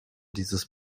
dieses